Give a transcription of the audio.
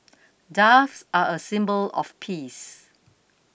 doves are a symbol of peace